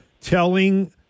telling